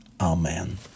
Amen